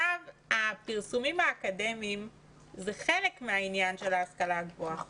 הפרסומים האקדמיים זה חלק מהעניין של ההשכלה הגבוהה,